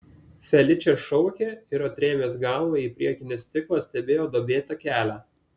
feličė šaukė ir atrėmęs galvą į priekinį stiklą stebėjo duobėtą kelią